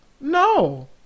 No